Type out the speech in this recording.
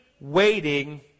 waiting